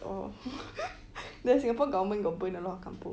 oh the singapore government got burn a lot of kampung